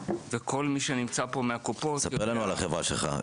וכל מי שנמצא פה מהקופות- -- ספר לנו על החברה שלך.